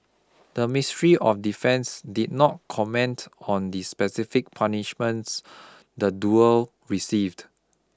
the Ministry of Defence did not comment on the specific punishments the duo received